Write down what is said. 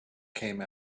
came